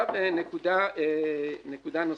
נקודה נוספת.